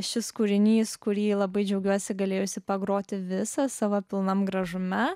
šis kūrinys kurį labai džiaugiuosi galėjusi pagroti visą savo pilnam gražume